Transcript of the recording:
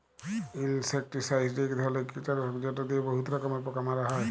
insecticide ইক ধরলের কিটলাসক যেট লিয়ে বহুত রকমের পোকা মারা হ্যয়